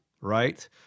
right